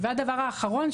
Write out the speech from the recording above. והדבר האחרון,